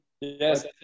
Yes